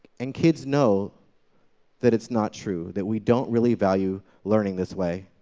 and kids know that it's not true, that we don't really value learning this way.